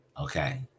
Okay